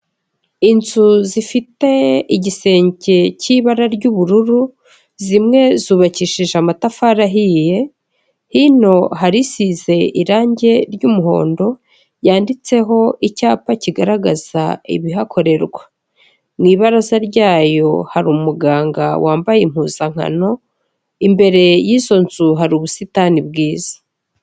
Inzu zifite igisenge k'ibara ry'ubururu, zimwe zubakishije amatafari ahiye. Hino hari isize irangi ry'umuhondo yanditseho icyapa kigaragaza ibihakorerwa. Mu ibaraza ryayo hari umuganga wambaye impuzankano, imbere y'izo nzu hari ubusitani bwiza.